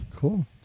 Cool